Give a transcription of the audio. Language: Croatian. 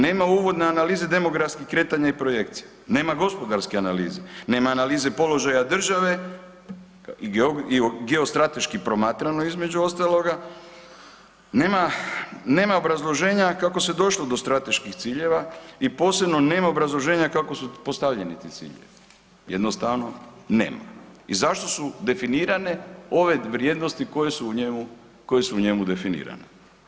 Nema uvodne analize demografskih kretanja i projekcija, nema gospodarske analize, nema analize položaja države geostrateški promatrano između ostaloga, nema obrazloženja kako se došlo do strateških ciljeva i posebno nema obrazloženja kako su postavljeni ti ciljevi, jednostavno nema i zašto su definirane ove vrijednosti koje su u njemu definirane.